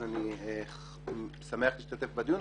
אז אני שמח להשתתף בדיון,